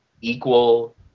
equal